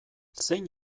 zein